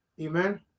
Amen